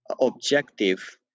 objective